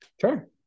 Sure